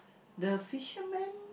the fisherman